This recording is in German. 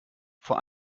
vor